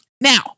Now